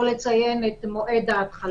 לא לציין את מועד ההתחלה.